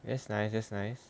that's nice that's nice